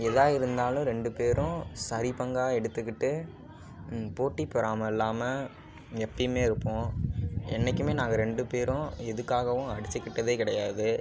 எதாக் இருந்தாலும் ரெண்டு பேரும் சரி பங்காக எடுத்துக்கிட்டு போட்டி பொறாமை இல்லாமல் எப்பவுமே இருப்போம் என்னைக்குமே நாங்கள் ரெண்டு பேரும் எதுக்காகவும் அடிச்சிக்கிட்டதே கிடையாது